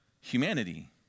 humanity